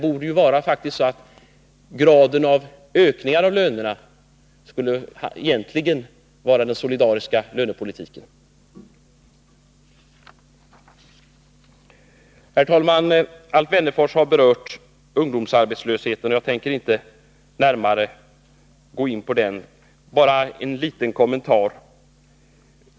Herr talman! Alf Wennerfors har berört ungdomsarbetslösheten, och jag tänker inte närmare gå in på den. Bara en liten kommentar.